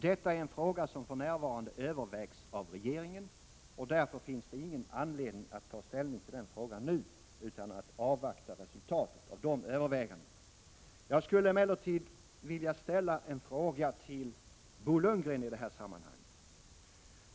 Detta är en fråga som för närvarande övervägs av regeringen. Det finns därför ingen anledning att ta ställning till den frågan nu, utan vi bör avvakta resultatet av de övervägandena. Jag skulle emellertid vilja ställa en fråga till Bo Lundgren i detta sammanhang.